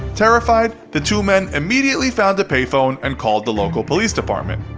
terrified, the two men immediately found a pay phone and called the local police department.